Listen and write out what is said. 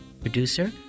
Producer